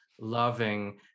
loving